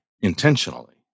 intentionally